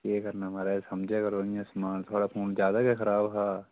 केह् करना महाराज समझा करो इयां समान थुआढ़ा फोन ज्यादै गै खराब हा